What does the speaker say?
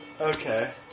Okay